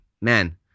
man